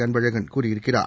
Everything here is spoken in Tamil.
அன்பழகன் கூறியிருக்கிறார்